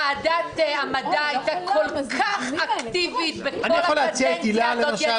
ועדת המדע הייתה כל כך אקטיבית בכל הקדנציה הזאת.